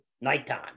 nighttime